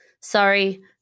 Sorry